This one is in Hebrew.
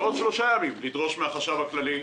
בעוד שלושה ימים לדרוש מן החשב הכללי,